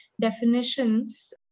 definitions